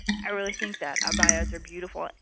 i really think that abayas are beautiful.